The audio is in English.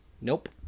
Nope